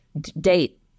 date